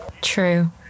True